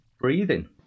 breathing